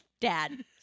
dad